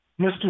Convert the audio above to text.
Mr